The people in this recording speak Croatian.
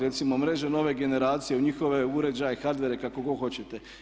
Recimo mreže nove generacije, u njihove uređaje, hardware kako god hoćete.